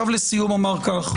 לסיום אומר כך: